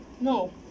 No